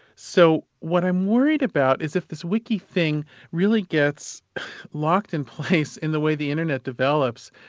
so what i'm worried about is if this wiki thing really gets locked in place in the way the internet develops,